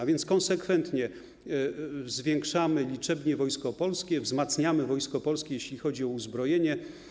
A więc konsekwentnie zwiększamy liczebnie Wojsko Polskie, wzmacniamy Wojsko Polskie, jeśli chodzi o uzbrojenie.